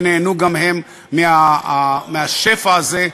שנהנו גם הם מהשפע הזה,